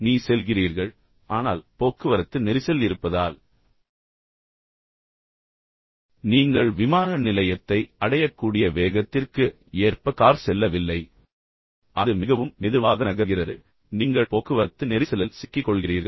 நீ செல்கிறீர்கள் ஆனால் போக்குவரத்து நெரிசல் இருப்பதால் நீங்கள் விமான நிலையத்தை அடையக்கூடிய வேகத்திற்கு ஏற்ப கார் செல்லவில்லை எனவே அது மிகவும் மெதுவாக நகர்கிறது நீங்கள் போக்குவரத்து நெரிசலில் சிக்கிக் கொள்கிறீர்கள்